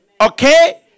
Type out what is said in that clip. Okay